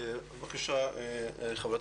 בבקשה, חברת